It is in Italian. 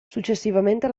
successivamente